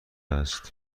است